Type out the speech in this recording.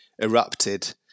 erupted